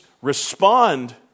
respond